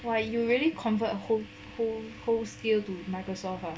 !wah! you really convert whole whole whole skill to Microsoft ah